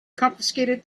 confiscated